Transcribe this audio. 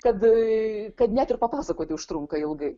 kad kad net ir papasakoti užtrunka ilgai